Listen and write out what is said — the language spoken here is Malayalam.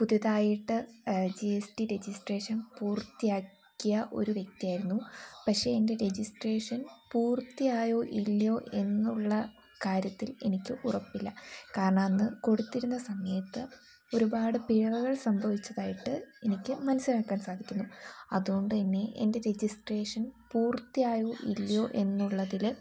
പുതിയതായിട്ട് ജി എസ് റ്റി രജിസ്ട്രേഷൻ പൂർത്തിയാക്കിയ ഒരു വ്യക്തിയായിരുന്നു പക്ഷെ എൻ്റെ രജിസ്ട്രേഷൻ പൂർത്തിയായോ ഇല്ലയോ എന്നുള്ള കാര്യത്തിൽ എനിക്ക് ഉറപ്പില്ല കാരണം അന്ന് കൊടുത്തിരുന്ന സമയത്ത് ഒരുപാട് പിഴവുകൾ സംഭവിച്ചതായിട്ട് എനിക്ക് മനസ്സിലാക്കാൻ സാധിക്കുന്നു അതുകൊണ്ടുതന്നെ എൻ്റെ രജിസ്ട്രേഷൻ പൂർത്തിയായോ ഇല്ലയോ എന്നുള്ളതിൽ